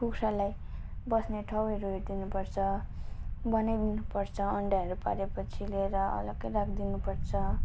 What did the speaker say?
कुखुरालाई बस्ने ठाउँहरू हेरिदिनुपर्छ बनाइ दिनुपर्छ र अन्डाहरू पारे पछि ल्याएर अलग्गै राखिदिनुपर्छ